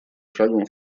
шагом